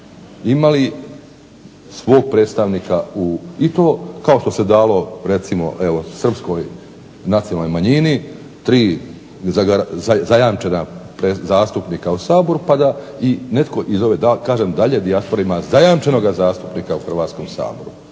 imali svog predstavnika, kao što se dalo Srpskoj manjini, 3 zajamčena zastupnika u Saboru pa da i netko iz ove kažem dalje dijaspore ima zajamčenoga zastupnika u Hrvatskom saboru